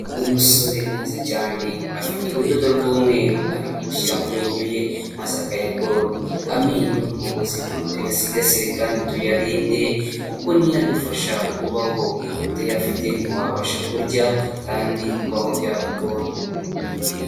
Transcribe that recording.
Umusore mwiza cyane afite urudodo rw'umweru ari kurushyira mu menyo ye maze akayagorora, amenyo ni ubuzima tuyasigasire kandi tuyarinde kuko ni yo dufasha kubaho, utayafite ntiwabasha kurya kandi kubaho byakugora.